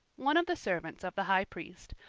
one of the servants of the high priest,